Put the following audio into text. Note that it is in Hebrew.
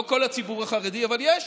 לא כל הציבור החרדי, אבל יש.